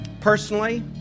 Personally